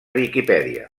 viquipèdia